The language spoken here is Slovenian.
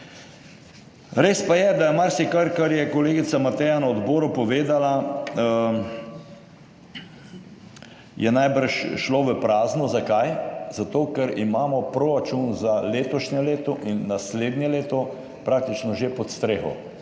Res pa je, da je marsikaj kar je kolegica Mateja na odboru povedala, je najbrž šlo v prazno. Zakaj? Zato ker imamo proračun za letošnje leto in naslednje leto praktično 21.